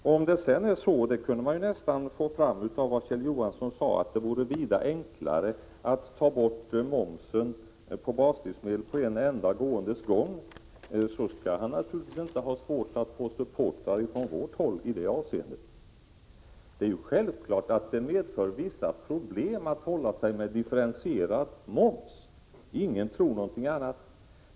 Av vad Kjell Johansson sade man kunde man nästan komma fram till att det skulle vara vida enklare att ta bort momsen på baslivsmedel på en enda gång. Då skulle det inte vara svårt att få supportrar på vårt håll när det gäller den saken. Det är självklart att det medför vissa problem att ha en differentierad moms, ingen tror någonting annat.